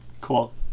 Cool